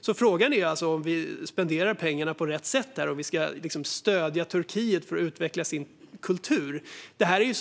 Frågan är alltså om vi spenderar pengarna på rätt sätt. Ska vi stödja Turkiet för att de ska utveckla sin kultur? Det har ju